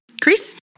Chris